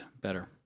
better